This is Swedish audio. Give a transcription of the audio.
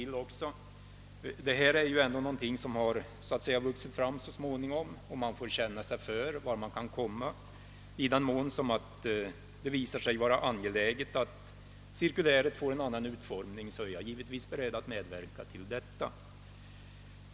Men här är det fråga om någonting som har vuxit fram så småningom, och vi får så att säga känna oss för vart vi kan komma. Om det visar sig angeläget att cirkuläret får en annan utformning, är jag givetvis beredd att medverka till det.